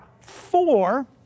four